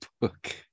book